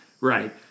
Right